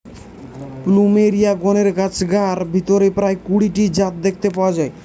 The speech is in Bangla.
প্লুমেরিয়া গণের গাছগার ভিতরে প্রায় কুড়ি টি জাত দেখতে পাওয়া যায়